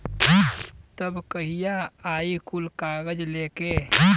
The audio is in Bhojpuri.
तब कहिया आई कुल कागज़ लेके?